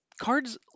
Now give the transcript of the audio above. cards